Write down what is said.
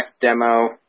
demo